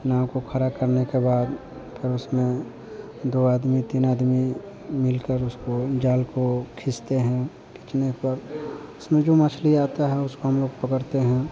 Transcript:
नाव को खड़ा करने के बाद फिर उसमें दो आदमी तीन आदमी मिलकर उसको जाल को खींचते हैं खींचने पर उसमें जो मछली आती है उसको हम लोग पकड़ते हैं